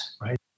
right